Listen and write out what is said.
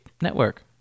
Network